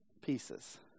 pieces